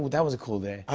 that was a cool day.